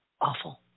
awful